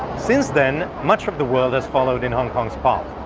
since then, much of the world has followed in hong kong's path.